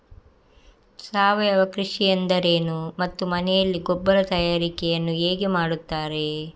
ಸಾವಯವ ಕೃಷಿ ಎಂದರೇನು ಮತ್ತು ಮನೆಯಲ್ಲಿ ಗೊಬ್ಬರ ತಯಾರಿಕೆ ಯನ್ನು ಹೇಗೆ ಮಾಡುತ್ತಾರೆ?